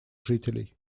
жителей